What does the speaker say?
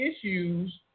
issues